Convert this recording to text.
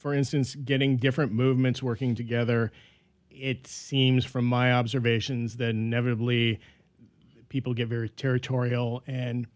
for instance getting different movements working together it seems from my observations the never did lee people get very territorial and